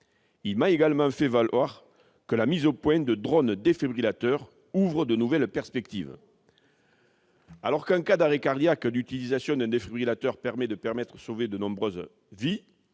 Il m'a également fait savoir que la mise au point de drones défibrillateurs ouvrait de nouvelles perspectives. Alors que, en cas d'arrêt cardiaque, l'utilisation de défibrillateurs permet de sauver de nombreuses vies,